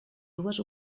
dues